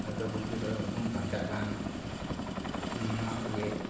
ᱦᱚᱭᱛᱚ ᱯᱩᱠᱷᱨᱤ ᱠᱚᱨᱮ ᱦᱩᱛᱩᱢ ᱯᱷᱟᱨᱪᱟᱜ ᱠᱟᱱ ᱱᱚᱣᱟ ᱠᱚᱜᱮ